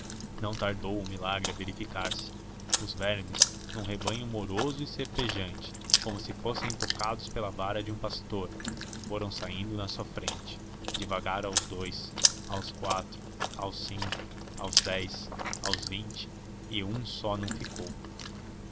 não tardou o milagre a verificar se os vermes num rebanho moroso e serpejante como se fossem tocados pela vara de um pastor foram saindo na sua frente devagar aos dous aos quatro aos cinco aos dez aos vinte e um só não ficou